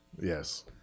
Yes